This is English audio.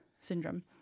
syndrome